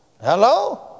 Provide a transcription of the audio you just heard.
Hello